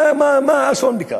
מה האסון בכך?